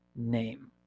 name